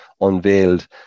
unveiled